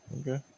Okay